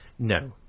No